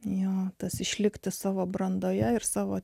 jo tas išlikti savo brandoje ir savo